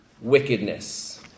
wickedness